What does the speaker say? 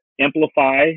Amplify